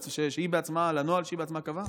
בניגוד לנוהל שהיא בעצמה קבעה?